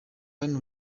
hano